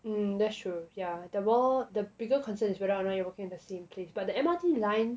mm that's true yeah the more the bigger concern is whether or not you are working at the same place but the M_R_T line